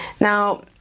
now